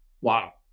wow